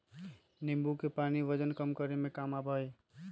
नींबू के पानी वजन कम करे में काम आवा हई